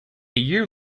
year